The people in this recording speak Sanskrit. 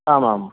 आमाम्